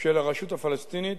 של הרשות הפלסטינית,